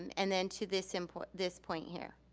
and then to this and point this point here.